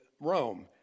Rome